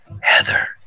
heather